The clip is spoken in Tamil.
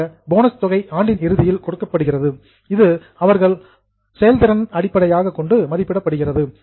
பொதுவாக போனஸ் தொகை ஆண்டின் இறுதியில் கொடுக்கப்படுகிறது அது அவர்களின் பர்பாமன்ஸ் செயல்திறனை அடிப்படையாகக் கொண்டு மதிப்பீடு செய்யப்படுகிறது